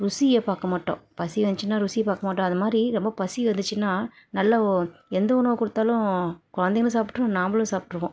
ருசியை பார்க்க மாட்டோம் பசி வந்துடுச்சின்னா ருசி பார்க்க மாட்டோம் அது மாதிரி ரொம்ப பசி வந்துடுச்சின்னா நல்லா எந்த உணவை கொடுத்தாலும் கொழந்தைங்களும் சாப்ட்டுரும் நாம்மளும் சாப்ட்டுருவோம்